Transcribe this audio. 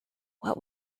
what